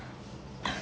that's why